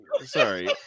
sorry